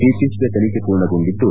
ಇತ್ತೀಚೆಗೆ ತನಿಖೆ ಪೂರ್ಣಗೊಂಡಿದ್ದು